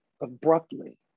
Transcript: abruptly